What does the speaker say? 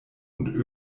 und